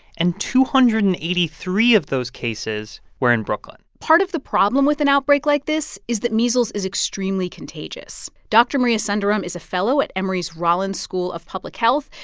and two hundred and eighty three of those cases were in brooklyn part of the problem with an outbreak like this is that measles is extremely contagious. dr. maria sundaram is a fellow at emory's rollins school of public health.